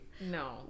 No